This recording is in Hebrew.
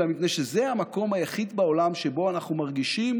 אלא מפני שזה המקום היחיד בעולם שבו אנחנו מרגישים